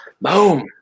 Boom